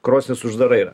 krosnis uždara yra